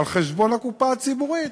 על חשבון הקופה הציבורית.